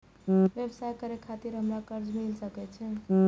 व्यवसाय करे खातिर हमरा कर्जा मिल सके छे?